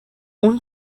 اون